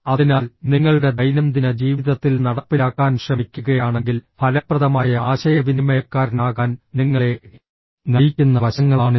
അതിനാൽ നിങ്ങളുടെ ദൈനംദിന ജീവിതത്തിൽ നടപ്പിലാക്കാൻ ശ്രമിക്കുകയാണെങ്കിൽ ഫലപ്രദമായ ആശയവിനിമയക്കാരനാകാൻ നിങ്ങളെ നയിക്കുന്ന വശങ്ങളാണിവ